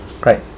Great